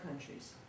countries